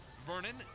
Vernon